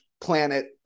planet